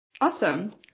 Awesome